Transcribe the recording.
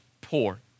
poor